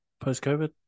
post-COVID